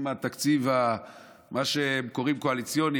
עם התקציב שהם קוראים לו קואליציוני,